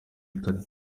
butare